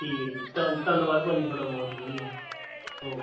ਠੀਕ ਹੈ ਜੀ ਧੰਨ ਧੰਨਵਾਦ ਭਾਅ ਜੀ ਤੁਹਾਡਾ ਬਹੁਤ ਵਧੀਆ ਓਕੇ